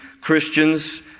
Christians